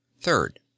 Third